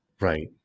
right